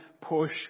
push